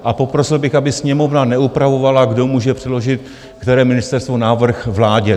A poprosil bych, aby Sněmovna neupravovala, kdo může předložit, které ministerstvo, návrh vládě.